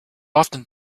often